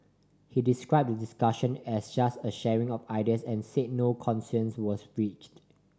he described the discussion as just a sharing of ideas and said no consensus was reached